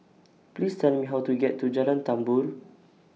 Please Tell Me How to get to Jalan Tambur